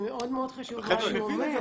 מאוד-מאוד חשוב מה שהוא אומר,